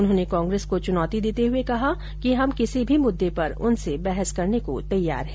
उन्होंने कांग्रेस को चुनौती देते हुये कहा हम किसी भी मुद्दे पर उनसे बहस करने को तैयार है